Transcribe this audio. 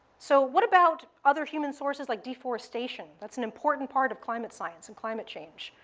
so what about other human sources like deforestation. that's an important part of climate science, and climate change,